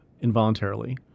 involuntarily